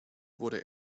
wurde